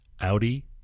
Audi